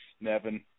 Nevin